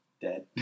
dead